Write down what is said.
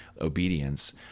obedience